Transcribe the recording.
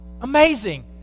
Amazing